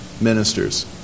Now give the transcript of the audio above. ministers